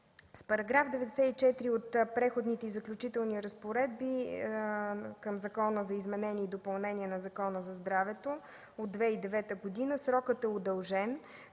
С § 94 от Преходните и заключителни разпоредби към Закона за изменение и допълнение на Закона за здравето от 2009 г. срокът е удължен